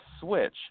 switch